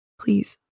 Please